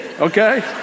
okay